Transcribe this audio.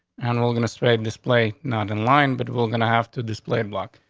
and we're we're gonna straight and display, not in line, but we're gonna have to display block.